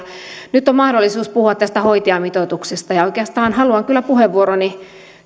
on mahdollisuus puhua tästä hoitajamitoituksesta ja oikeastaan haluan kyllä puheenvuoroni